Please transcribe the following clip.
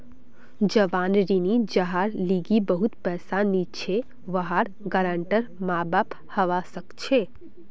जवान ऋणी जहार लीगी बहुत पैसा नी छे वहार गारंटर माँ बाप हवा सक छे